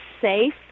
safe